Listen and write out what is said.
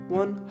one